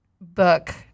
book